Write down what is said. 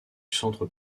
centre